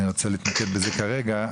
אני רוצה להתמקד בזה כרגע,